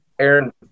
Aaron